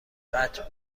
قطع